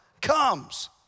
comes